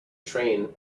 train